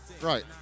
right